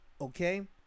Okay